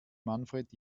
manfred